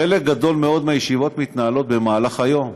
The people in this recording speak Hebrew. חלק גדול מאוד מהישיבות מתנהלות במהלך היום,